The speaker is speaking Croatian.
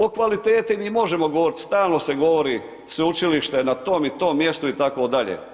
O kvaliteti mi možemo govoriti, stalno se govori, sveučilište je na tom i tom mjestu itd.